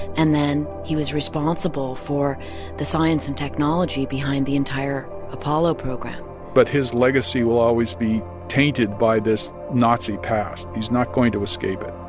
and then he was responsible for the science and technology behind the entire apollo program but his legacy will always be tainted by this nazi past. he's not going to escape it.